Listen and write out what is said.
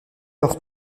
alors